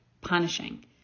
punishing